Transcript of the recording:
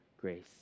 grace